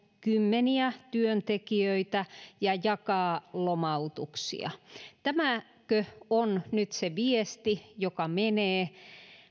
kymmeniä työntekijöitä ja jakaa lomautuksia tämäkö on nyt se viesti joka menee